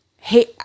Hey